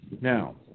Now